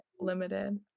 limited